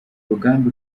rugamba